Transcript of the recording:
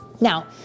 Now